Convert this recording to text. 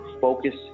focus